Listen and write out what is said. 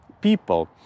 people